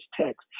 text